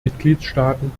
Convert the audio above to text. mitgliedstaaten